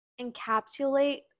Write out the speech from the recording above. encapsulate